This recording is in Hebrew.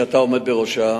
שאתה עומד בראשה,